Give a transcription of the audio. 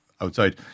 Outside